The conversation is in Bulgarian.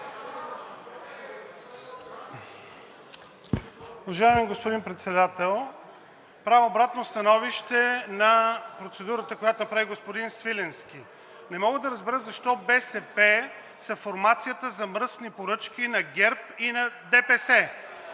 Уважаеми господин Председател, правя обратно становище на процедурата, която направи господин Свиленски. Не мога да разбера защо БСП са формацията за мръсни поръчки на ГЕРБ и на ДПС?